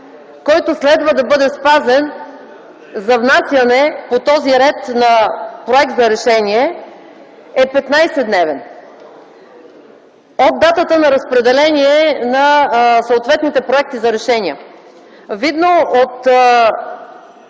който следва да бъде спазен за внасяне по този ред на проект за решение, е 15-дневен от датата на разпределение на съответните проекти за решение. Видно от